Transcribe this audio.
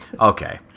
Okay